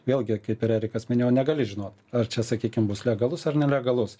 vėlgi kaip ir erikas minėjo negali žinot ar čia sakykim bus legalus ar nelegalus